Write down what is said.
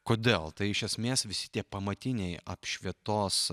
kodėl tai iš esmės visi tie pamatiniai apšvietos